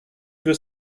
veut